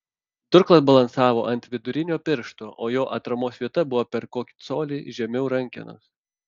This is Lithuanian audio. durklas balansavo ant vidurinio piršto o jo atramos vieta buvo per kokį colį žemiau rankenos